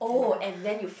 then like